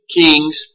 kings